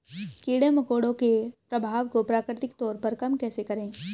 कीड़े मकोड़ों के प्रभाव को प्राकृतिक तौर पर कम कैसे करें?